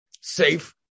safe